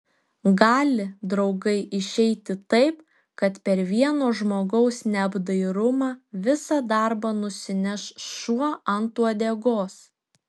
gali draugai išeiti taip kad per vieno žmogaus neapdairumą visą darbą nusineš šuo ant uodegos